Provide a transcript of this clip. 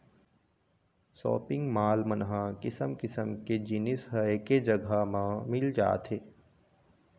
shopping mall मन ह किसम किसम के जिनिस ह एके जघा म मिल जाथे